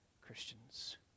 Christians